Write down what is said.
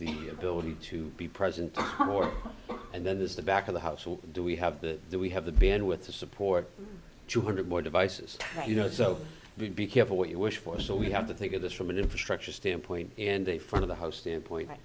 the ability to be present somewhere and then there's the back of the house or do we have the we have the bandwidth to support two hundred more devices you know so be careful what you wish for so we have to think of this from an infrastructure standpoint and the front of the house standpoint